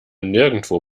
nirgendwo